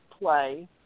play